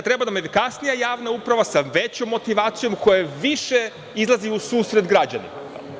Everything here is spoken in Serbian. Treba nam efikasnija javna uprava, sa većom motivacijom, koja više izlazi u susret građanima.